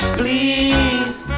please